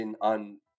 on